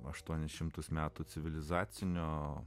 aštuonis šimtus metų civilizacinio